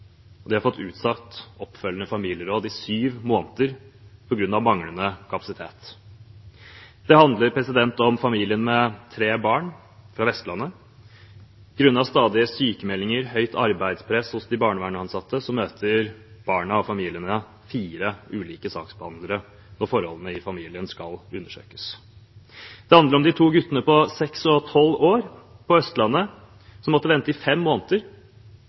år. De har fått utsatt oppfølgende familieråd i syv måneder på grunn av manglende kapasitet. Det handler om familien med tre barn fra Vestlandet. Grunnet stadige sykmeldinger og høyt arbeidspress hos de barnevernsansatte møter barna og familien fire ulike saksbehandlere når forholdene i familien skal undersøkes. Det handler om de to guttene på seks og tolv år på Østlandet som måtte vente i fem måneder